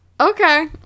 Okay